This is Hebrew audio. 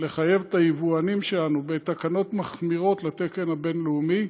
לחייב את היבואנים שלנו בתקנות מחמירות מהתקן הבין-לאומי,